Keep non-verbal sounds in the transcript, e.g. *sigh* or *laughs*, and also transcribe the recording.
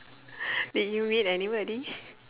did you meet anybody *laughs*